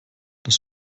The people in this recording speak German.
das